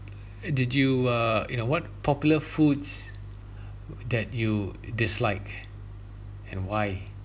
did you uh you know what popular foods that you dislike and why